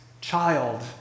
child